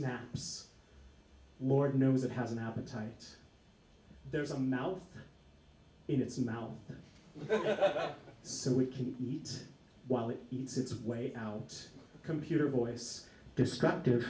snaps lord knows it has an appetite there's a mouth in its mouth so we can eat while it eats its way out computer voice destructive